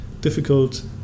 difficult